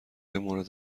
مورد